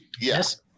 Yes